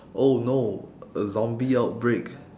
oh no a zombie outbreak